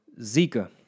Zika